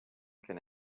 can